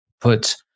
put